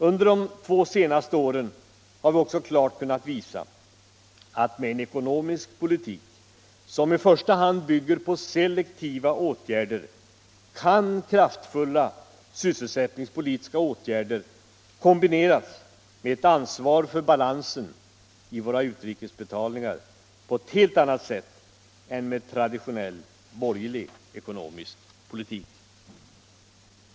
Under de två senaste åren har vi också klart kunnat visa att med en ekonomisk politik som i första hand bygger på selektiva åtgärder kan kraftfulla sysselsättningspolitiska åtgärder kombineras med ett ansvar för balansen i våra utrikesbetalningar på ett helt annat sätt än med traditionell borgerlig ekonomisk politik.